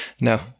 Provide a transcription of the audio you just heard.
No